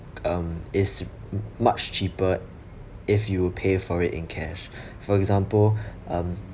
um it's much cheaper if you pay for it in cash for example um